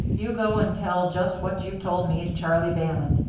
you go and tell just what you've told me to charlie bannon.